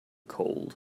cold